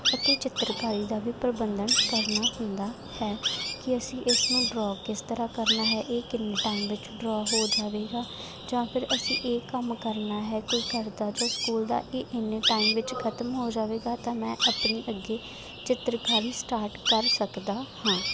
ਅਤੇ ਚਿੱਤਰਕਾਰੀ ਦਾ ਵੀ ਪ੍ਰਬੰਧਨ ਕਰਨਾ ਹੁੰਦਾ ਹੈ ਕਿ ਅਸੀਂ ਇਸ ਨੂੰ ਡਰੋਅ ਕਿਸ ਤਰ੍ਹਾਂ ਕਰਨਾ ਹੈ ਇਹ ਕਿੰਨੇ ਟਾਈਮ ਵਿੱਚ ਡਰੋਅ ਹੋ ਜਾਵੇਗਾ ਜਾਂ ਫਿਰ ਅਸੀਂ ਇਹ ਕੰਮ ਕਰਨਾ ਹੈ ਕੋਈ ਘਰ ਦਾ ਜੋ ਸਕੂਲ ਦਾ ਇਹ ਇੰਨੇ ਟਾਈਮ ਵਿੱਚ ਖਤਮ ਹੋ ਜਾਵੇਗਾ ਤਾਂ ਮੈਂ ਆਪਣੀ ਅੱਗੇ ਚਿੱਤਰਕਾਰੀ ਸਟਾਰਟ ਕਰ ਸਕਦਾ ਹਾਂ